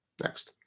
next